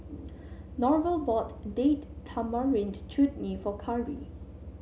Norval bought Date Tamarind Chutney for Karri